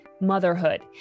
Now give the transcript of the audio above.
motherhood